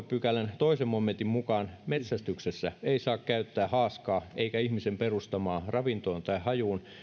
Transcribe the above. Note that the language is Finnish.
pykälän toisen momentin mukaan metsästyksessä ei saa käyttää haaskaa eikä ihmisen perustamaa ravintoon tai hajuun